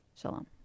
shalom